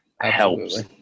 helps